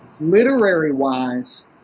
literary-wise